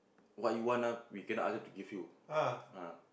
what you want ah we cannot ask her to give you ah